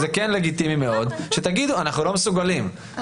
ולכן אנחנו רוצים שהאופציה הזאת תהיה פתוחה גם בשגרה